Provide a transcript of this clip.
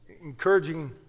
encouraging